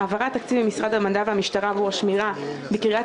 העברת תקציב ממשרד המדע והמשטרה עבור שמירה בקריית